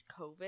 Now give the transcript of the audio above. COVID